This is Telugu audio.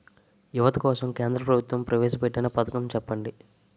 యువత కోసం కేంద్ర ప్రభుత్వం ప్రవేశ పెట్టిన పథకం చెప్పండి?